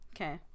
okay